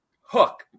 hook